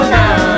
now